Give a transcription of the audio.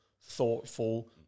thoughtful